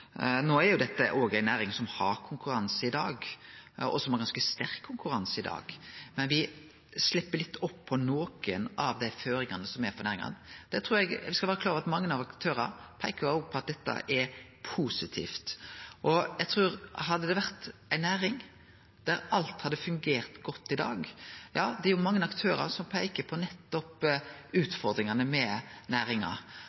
No er jo dette ei næring som òg har konkurranse i dag, og som har ganske sterk konkurranse i dag, men me slepp litt opp på nokre av dei føringane som er for næringa. Me skal vere klar over at mange av aktørane peiker på at dette er positivt. Hadde dette vore ei næring der alt hadde fungert godt i dag, hadde det vore annleis, men det er mange aktørar som peiker på